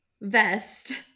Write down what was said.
vest